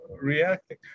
reacting